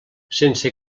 sense